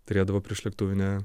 turėdavo priešlėktuvinę